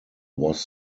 was